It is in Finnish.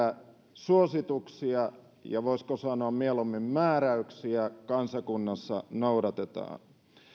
suosituksia ja voisiko sanoa mieluummin määräyksiä kansakunnassa noudatetaan